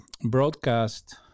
broadcast